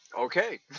Okay